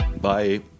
Bye